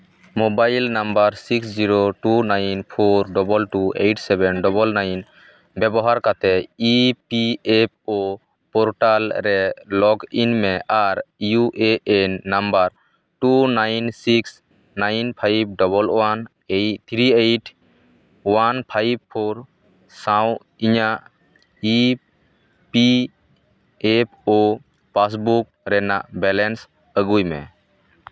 mobile number six zero two nine four double two eight seven double nine ᱵᱮᱵᱚᱦᱟᱨ ᱠᱟᱛᱮᱫ E P F O portal ᱨᱮ log in ᱢᱮ ᱟᱨ U A N number two nine six nine five double one three eight one five four ᱥᱟᱶ ᱤᱧᱟᱹᱜ E P F O passbook ᱨᱮᱱᱟᱜ balance ᱟᱹᱜᱩᱭᱢᱮ